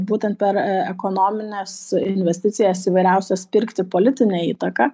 būtent per ekonomines investicijas įvairiausios pirkti politinę įtaką